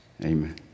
Amen